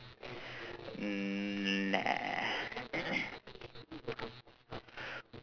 mm nah